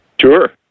Sure